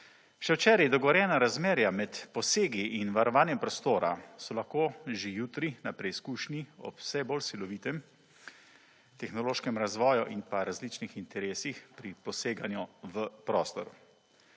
Še včeraj dogovorjena razmerja med posegi in varovanjem prostora, so lahko že jutri na preizkušnji ob vse bolj silovitem tehnološkim razvojem in pa različnih interesih pri poseganju v prostor.